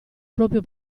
proprio